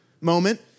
moment